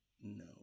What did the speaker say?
no